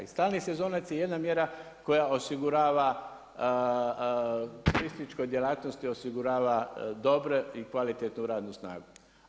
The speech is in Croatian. I stalni sezonac je jedna mjera koja osigurava, turističkoj djelatnosti osigurava dobre i kvalitetnu radnu snagu.